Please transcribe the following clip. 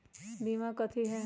बीमा कथी है?